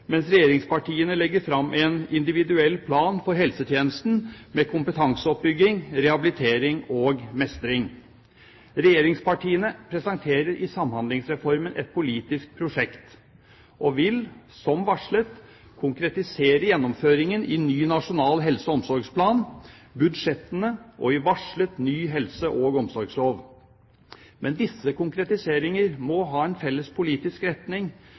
mens regjeringspartiene legger fram en individuell plan for helsetjenesten med kompetanseoppbygging, rehabilitering og mestring. Regjeringspartiene presenterer i Samhandlingsreformen et politisk prosjekt og vil, som varslet, konkretisere gjennomføringen i ny nasjonal helse- og omsorgsplan, budsjettene og i varslet ny helse- og omsorgslov. Men disse konkretiseringer må ha en felles politisk retning.